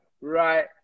right